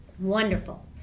wonderful